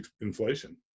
inflation